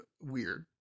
weird